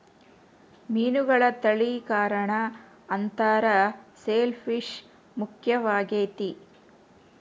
ಮೇನುಗಳ ತಳಿಕರಣಾ ಅಂತಾರ ಶೆಲ್ ಪಿಶ್ ಮುಖ್ಯವಾಗೆತಿ